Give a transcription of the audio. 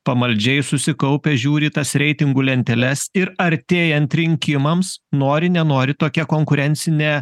pamaldžiai susikaupę žiūri į tas reitingų lenteles ir artėjant rinkimams nori nenori tokia konkurencinė